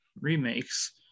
Remakes